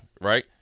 right